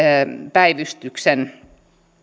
päivystyksen